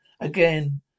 again